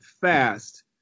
fast